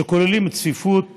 שכוללים צפיפות גדולה,